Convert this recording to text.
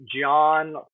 John